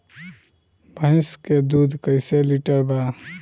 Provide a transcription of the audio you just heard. भैंस के दूध कईसे लीटर बा?